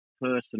person